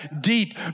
deep